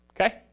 okay